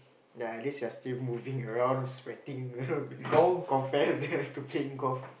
then at least you're still moving around sweating compare that to playing golf